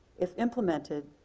if implemented,